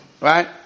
Right